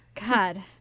God